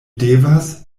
devas